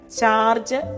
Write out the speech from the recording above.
Charge